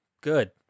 good